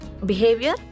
Behavior